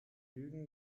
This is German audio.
lügen